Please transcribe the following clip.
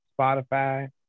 Spotify